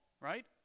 right